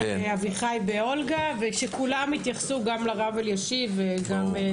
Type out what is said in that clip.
אביחי באולגה וכולם התייחסו גם לרב אלישיב וגם לאביחי.